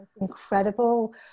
incredible